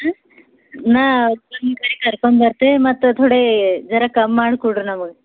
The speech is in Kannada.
ಹಾಂ ಹಾಂ ಕರ್ಕೊಂಡ್ಬರ್ತೀ ವಿ ಮತ್ತು ಥೋಡೆ ಜರ ಕಮ್ಮಿ ಮಾಡಿ ಕೊಡಿರಿ ನಮಗೆ